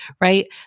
right